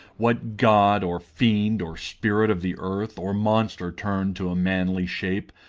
what god, or fiend, or spirit of the earth, or monster turned to a manly shape,